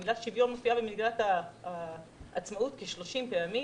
המילה "שוויון" מופיעה במגילת העצמאות כ-30 פעמים.